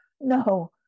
no